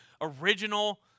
original